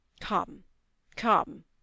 Come—come